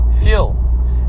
fuel